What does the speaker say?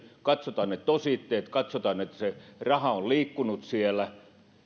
katsotaan ne tositteet katsotaan että se raha on liikkunut siellä